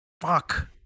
fuck